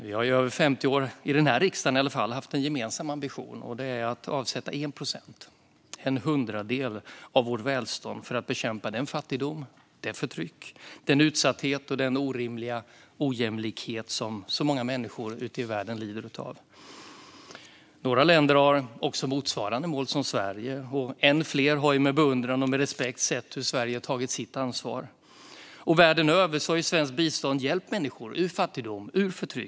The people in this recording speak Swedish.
Vi har i över 50 år, i alla fall i denna riksdag, haft en gemensam ambition: att avsätta 1 procent, en hundradel, av vårt välstånd för att bekämpa den fattigdom, det förtryck, den utsatthet och den orimliga ojämlikhet som många människor i världen lider av. Några länder har motsvarande mål som Sverige. Än fler har med beundran och respekt sett hur Sverige har tagit sitt ansvar. Världen över har svenskt bistånd hjälpt människor ur fattigdom och ur förtryck.